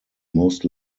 most